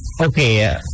Okay